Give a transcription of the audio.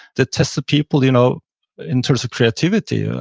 they tested people you know in terms of creativity, ah